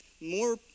more